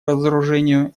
разоружению